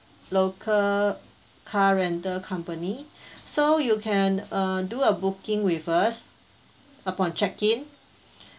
local car rental company so you can uh do a booking with us upon check in